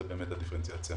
זה באמת הדיפרנציאציה.